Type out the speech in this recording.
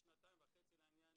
אז חידדנו שמרכז חייב בישראל,